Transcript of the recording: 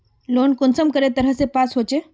Loan कुंसम करे तरह से पास होचए?